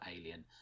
alien